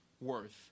worth